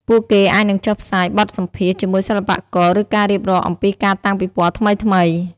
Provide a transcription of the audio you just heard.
ពួកគេអាចនឹងចុះផ្សាយបទសម្ភាសន៍ជាមួយសិល្បករ ឬការរៀបរាប់អំពីការតាំងពិពណ៌ថ្មីៗ។